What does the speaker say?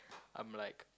I'm like